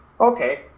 okay